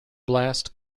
blast